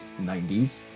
90s